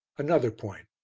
another point.